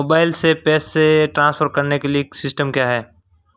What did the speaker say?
Mobile से पैसे transfer करने के लिए सिस्टम क्या है?